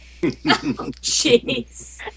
Jeez